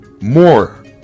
more